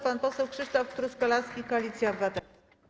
Pan poseł Krzysztof Truskolaski, Koalicja Obywatelska.